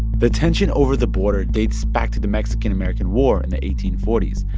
the tension over the border dates back to the mexican-american war in the eighteen forty s.